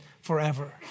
forever